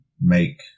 make